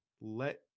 Let